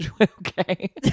Okay